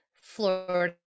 Florida